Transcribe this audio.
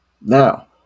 now